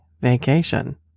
vacation